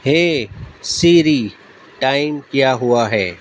ہے Siri time کیا ہوا ہے